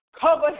Cover